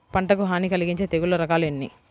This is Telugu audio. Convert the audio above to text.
పంటకు హాని కలిగించే తెగుళ్ళ రకాలు ఎన్ని?